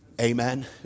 Amen